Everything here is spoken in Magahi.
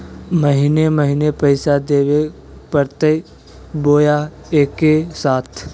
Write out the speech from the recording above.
महीने महीने पैसा देवे परते बोया एके साथ?